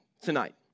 tonight